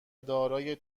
دارای